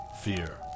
fear